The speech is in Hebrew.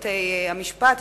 הצעת חוק בתי-המשפט (תיקון,